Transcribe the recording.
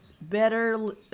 better